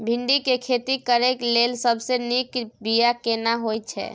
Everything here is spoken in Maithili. भिंडी के खेती करेक लैल सबसे नीक बिया केना होय छै?